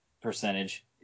percentage